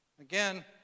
Again